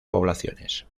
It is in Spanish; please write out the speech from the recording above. poblaciones